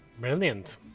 Brilliant